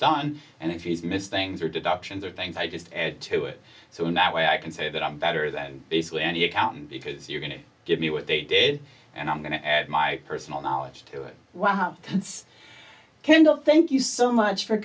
done and if you miss things or deductions or things i just add to it so in that way i can say that i'm better than basically any accountant because you're going to give me what they did and i'm going to add my personal knowledge to it wow kendall thank you so much for